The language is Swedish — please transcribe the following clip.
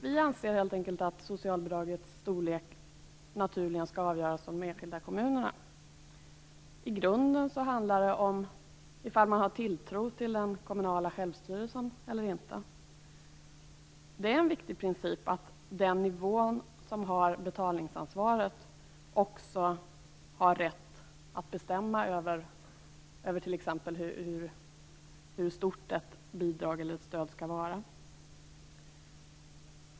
Vi anser helt enkelt att socialbidragets storlek naturligen skall avgöras av de enskilda kommunerna. I grunden handlar det om man har tilltro till den kommunala självstyrelsen eller inte. Det är en viktig princip att den nivå som har betalningsansvaret också skall ha rätt att bestämma över t.ex. hur stort ett bidrag eller stöd skall vara.